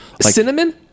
Cinnamon